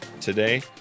today